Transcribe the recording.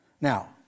Now